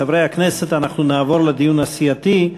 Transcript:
חברי הכנסת, אנחנו נעבור לדיון הסיעתי.